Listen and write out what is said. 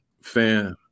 fan